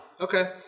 Okay